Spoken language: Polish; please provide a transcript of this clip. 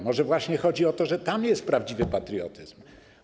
Może właśnie chodzi o to, że tam jest prawdziwy patriotyzm.